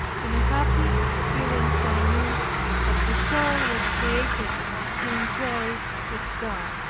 in a happy experience i knew that the soul was created to enjoy its god.